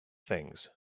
things